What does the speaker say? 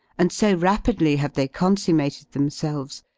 and so rapidly have they consummated themselves,